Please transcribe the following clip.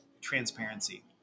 transparency